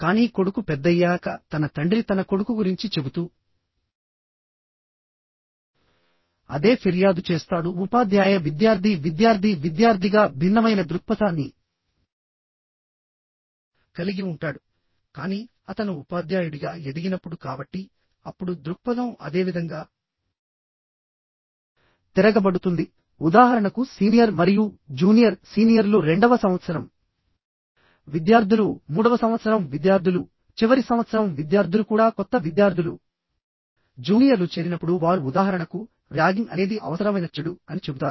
కానీ కొడుకు పెద్దయ్యాక తన తండ్రి తన కొడుకు గురించి చెబుతూ అదే ఫిర్యాదు చేస్తాడు ఉపాధ్యాయ విద్యార్థి విద్యార్థి విద్యార్థిగా భిన్నమైన దృక్పథాన్ని కలిగి ఉంటాడు కానీ అతను ఉపాధ్యాయుడిగా ఎదిగినప్పుడు కాబట్టి అప్పుడు దృక్పథం అదేవిధంగా తిరగబడుతుందిఉదాహరణకు సీనియర్ మరియు జూనియర్సీనియర్లు రెండవ సంవత్సరం విద్యార్థులు మూడవ సంవత్సరం విద్యార్థులుచివరి సంవత్సరం విద్యార్థులు కూడా కొత్త విద్యార్థులు జూనియర్లు చేరినప్పుడు వారు ఉదాహరణకుర్యాగింగ్ అనేది అవసరమైన చెడు అని చెబుతారు